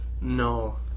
no